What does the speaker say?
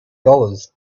dollars